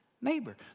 neighbor